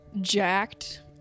jacked